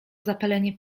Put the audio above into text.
zapalenie